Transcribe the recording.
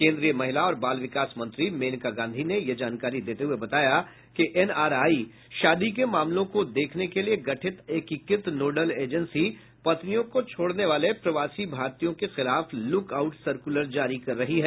केन्द्रीय महिला और बाल विकास मंत्री मेनका गांधी ने यह जानकारी देते हुए बताया कि एनआरआई शादी के मामलों को देखने के लिए गठित एकीकृत नोडल एजेंसी पत्नियों को छोड़ने वाले प्रवासी भारतीयों के खिलाफ लुक आउट सर्कूलर जारी कर रही है